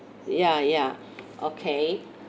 ya ya okay